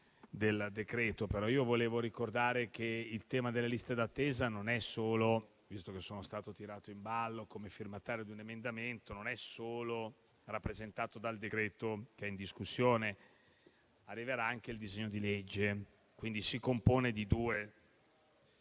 del decreto, ma vorrei ricordare che il tema delle liste d'attesa non è solo - visto che sono stato tirato in ballo come firmatario di un emendamento - rappresentato dal decreto che è in discussione. Arriverà anche il disegno di legge, quindi l'intervento in